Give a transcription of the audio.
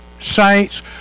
saints